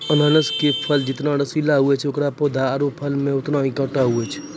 अनानस के फल जतना रसीला होय छै एकरो पौधा आरो फल मॅ होतने कांटो होय छै